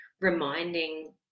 reminding